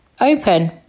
open